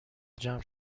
جمع